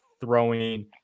throwing